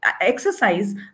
exercise